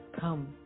come